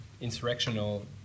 insurrectional